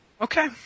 Okay